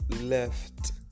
left